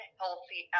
healthy